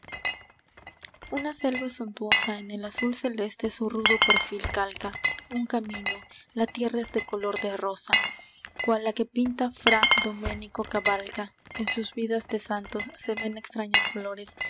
una selva suntuosa en el azul celeste su rudo perfil calca un camino la tierra es de color de rosa cual la que pinta fra doménico cavalca en sus vidas de santos se ven extrañas flores